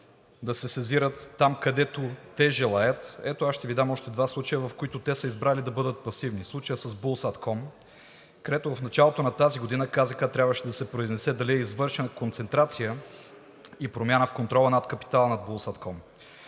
да се сезират там, където те желаят. Ето, аз ще Ви дам още два случая, в които те са избрали да бъдат пасивни. Случая с Булсатком, където в началото на тази година КЗК трябваше да се произнесе дали е извършена концентрация и промяна в контрола над капитала на Булсатком.